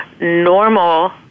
normal